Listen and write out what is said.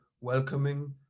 welcoming